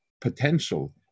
potential